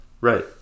Right